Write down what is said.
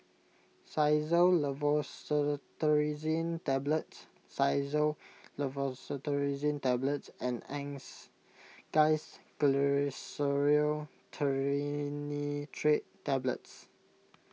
Xyzal Levocetirizine Tablets Xyzal Levocetirizine Tablets and Angised Glyceryl Trinitrate Tablets